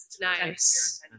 Nice